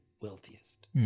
wealthiest